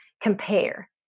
compare